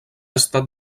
estat